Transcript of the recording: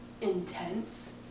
intense